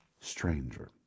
stranger